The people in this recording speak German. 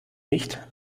nicht